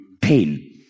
pain